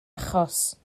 achos